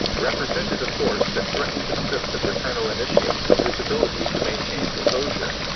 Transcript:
represented a force that threatened to strip the fraternal initiate of his ability to maintain composure.